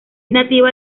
nativa